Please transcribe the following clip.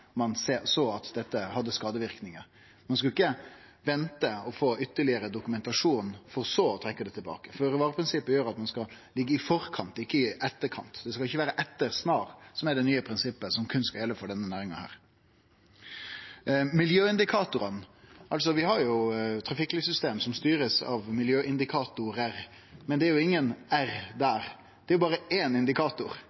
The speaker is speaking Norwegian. ein såg at dette hadde skadeverknader – ein skulle ikkje vente og få ytterlegare dokumentasjon for så å trekkje det tilbake. Føre-var-prinsippet gjer at ein skal liggje i forkant og ikkje i etterkant. Ein skal ikkje vere «etter snar» – at det er det nye prinsippet som berre skal gjelde for denne næringa. Miljøindikatorar: Vi har jo eit trafikklyssystem, som blir styrt av miljøindikator ar , men det er jo ingen «ar» der. Det er